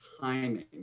timing